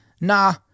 nah